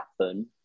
happen